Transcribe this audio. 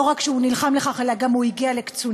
לא רק שהוא נלחם על כך אלא הוא גם הגיע לקצונה.